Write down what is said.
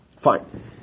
Fine